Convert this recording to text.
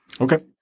Okay